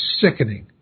sickening